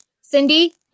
Cindy